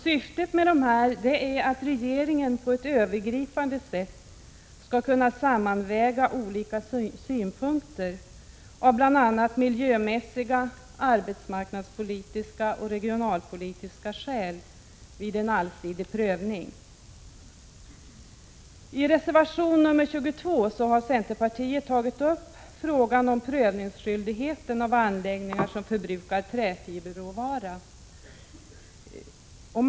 Syftet med dessa är att regeringen vid en allsidig prövning på ett övergripande sätt skall kunna sammanväga olika synpunkter av bl.a. miljömässiga, arbetsmarknadspolitiska och regionalpolitiska skäl. I reservation 22 har centern tagit upp frågan om prövningsskyldigheten när det gäller anläggningar där träfiberråvara förbrukas.